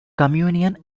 communion